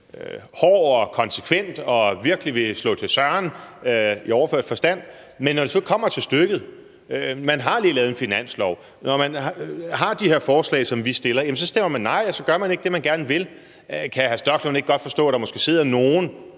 hård og konsekvent, som nogle, der virkelig vil slå til søren – i overført forstand. Men når det så kommer til stykket, har man lige lavet en finanslov, og når der er de her forslag, som vi stiller, så stemmer man nej, og så gør man ikke det, man gerne vil. Kan hr. Rasmus Stoklund ikke godt forstå, at der måske sidder nogle